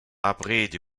abred